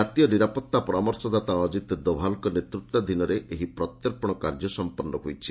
ଜାତୀୟ ନିରାପତ୍ତା ପରାମର୍ଶଦାତା ଅଜିତ ଡୋବାଲ୍ଙ୍କ ତତ୍ତ୍ୱାବଧାନରେ ଏହି ପ୍ରତ୍ୟର୍ପଣ କାର୍ଯ୍ୟ ସମ୍ପନ୍ଧ ହୋଇଛି